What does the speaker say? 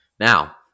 Now